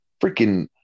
freaking